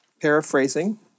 paraphrasing